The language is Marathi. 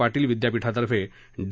पाटील विद्यापीठातर्फे डी